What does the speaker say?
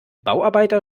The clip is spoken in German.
bauarbeiter